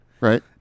Right